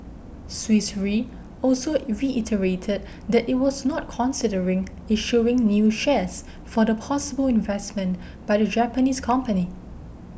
Swiss Re also reiterated that it was not considering issuing new shares for the possible investment by the Japanese company